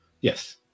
Yes